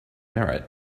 merit